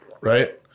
right